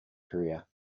career